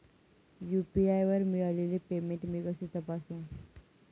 UPI वर मिळालेले payment मी कसे तपासू?